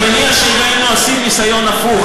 אני מניח שאם היינו עושים ניסיון הפוך,